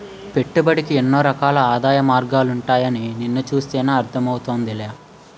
పెట్టుబడికి ఎన్నో రకాల ఆదాయ మార్గాలుంటాయని నిన్ను చూస్తేనే అర్థం అవుతోందిలే